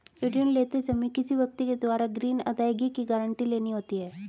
ऋण लेते समय किसी व्यक्ति के द्वारा ग्रीन अदायगी की गारंटी लेनी होती है